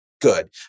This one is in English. good